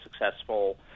successful